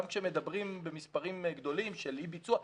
כשמדברים במספרים גדולים של אי-ביצוע.